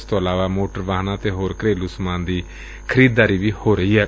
ਇਸ ਤੋਂ ਇਲਾਵਾ ਮੋਟਰ ਵਾਹਨਾਂ ਅਤੇ ਹੋਰ ਘਰੇਲੁ ਸਮਾਨ ਦੀ ਖਰੀਦਦਾਰੀ ਵੀ ਹੋ ਰਹੀ ਏ